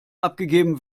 abgegeben